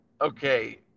Okay